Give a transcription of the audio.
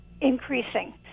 increasing